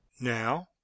Now